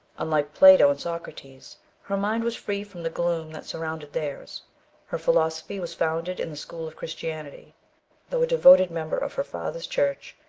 unlike plato and socrates, her mind was free from the gloom that surrounded theirs her philosophy was founded in the school of christianity though a devoted member of her father's church,